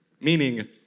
Meaning